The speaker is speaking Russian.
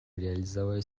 реализовать